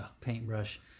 paintbrush